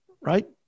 Right